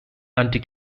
anti